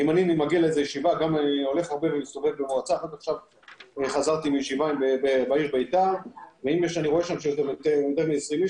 אם חזרתי עכשיו מישיבה בעיר בית"ר ואם אני רואה שם יותר מ-20 אנשים,